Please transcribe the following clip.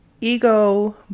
ego